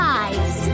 eyes